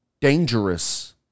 dangerous